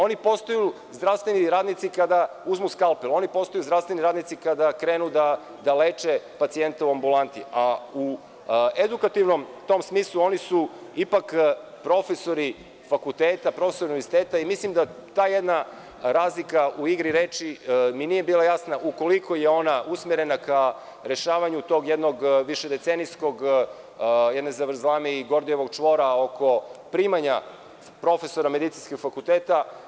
Oni postaju zdravstveni radnici kada uzmu skalpel, oni postaju zdravstveni radnici kada krenu da leče pacijente u ambulanti, a u edukativnom smislu oni su ipak profesori fakulteta, profesori univerziteta i mislim da ta jedna razlika u igri reči mi nije bila jasna, ukoliko je ona usmerena ka rešavanju tog jednog višedecenijskog, jedne zavrzlame i Gordijevog čvora oko primanja profesora medicinskih fakulteta.